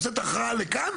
תקראו לילד בשמו.